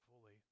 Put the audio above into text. fully